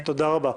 תודה רבה.